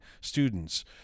students